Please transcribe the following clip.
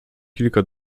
kilka